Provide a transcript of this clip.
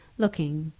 looking,